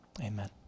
amen